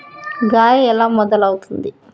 గాలి ఎలా మొదలవుతుంది?